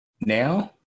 Now